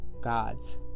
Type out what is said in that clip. God's